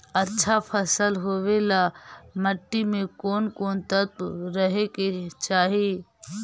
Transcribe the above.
अच्छा फसल होबे ल मट्टी में कोन कोन तत्त्व रहे के चाही?